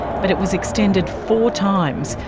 but it was extended four times,